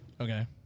Okay